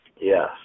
Yes